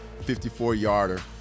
54-yarder